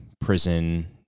prison